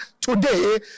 today